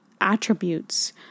attributes